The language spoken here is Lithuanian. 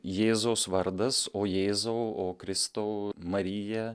jėzaus vardas o jėzau o kristau marija